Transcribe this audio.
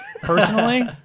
personally